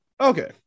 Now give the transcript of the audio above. Okay